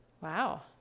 Wow